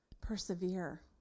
Persevere